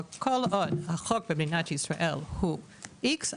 אבל כל עוד החוק במדינת ישראל הוא X,